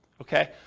Okay